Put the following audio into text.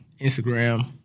Instagram